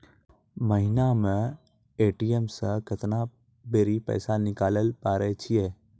महिना मे ए.टी.एम से केतना बेरी पैसा निकालैल पारै छिये